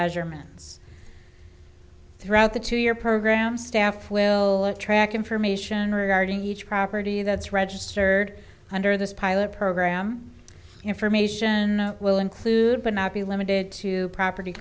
measurements throughout the two year program staff will track information regarding each property that's registered under this pilot program information will include but not be limited to property